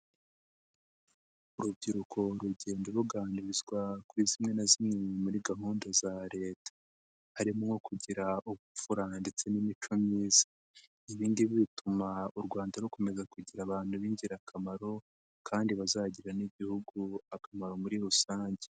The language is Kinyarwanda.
Urubyiruko rugenda ruganirizwa kuri zimwe na zimwe muri gahunda za leta. Harimo nko kugira ubupfura ndetse n'imico myiza. Ibi ngibi bituma u Rwanda rukomeza kugira abantu b'ingirakamaro kandi bazagirira n'Igihugu akamaro muri rusange.